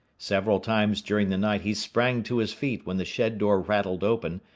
several times during the night he sprang to his feet when the shed door rattled open,